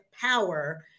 power